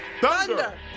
Thunder